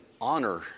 honor